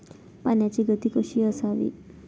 पाण्याची गती कशी असावी?